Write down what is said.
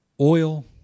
Oil